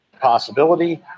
possibility